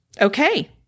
Okay